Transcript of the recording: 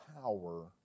power